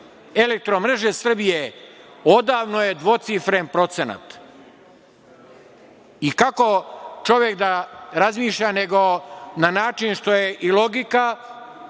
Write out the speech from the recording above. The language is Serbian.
Elektromreže Srbije odavno je dvocifren procenat. Kako čovek da razmišlja, nego na način što je i logika